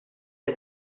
his